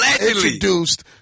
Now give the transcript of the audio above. Introduced